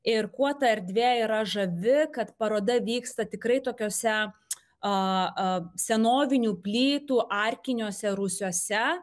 ir kuo ta erdvė yra žavi kad paroda vyksta tikrai tokiose a senovinių plytų arkiniuose rūsiuose